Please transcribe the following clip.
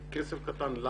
זה כסף קטן לנו.